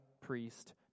priest